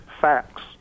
facts